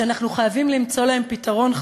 שאנחנו חייבים למצוא לו פתרון,